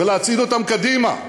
ולהצעיד אותם קדימה.